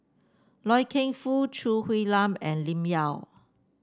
Loy Keng Foo Choo Hwee Lam and Lim Yau